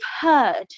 heard